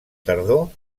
tardor